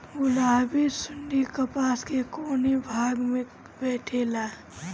गुलाबी सुंडी कपास के कौने भाग में बैठे ला?